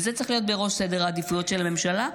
זה צריך להיות בראש סדר העדיפויות של הממשלה,